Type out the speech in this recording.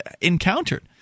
encountered